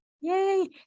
Yay